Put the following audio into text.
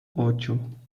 ocho